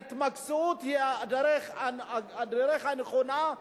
ההתמקצעות היא הדרך הנכונה,